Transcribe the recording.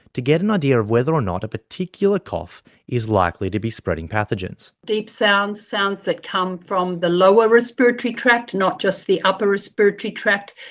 to get an idea of whether or not a particular cough is likely to be spreading pathogens. deep sounds, sounds that come from the lower respiratory tract, not just the upper respiratory tract,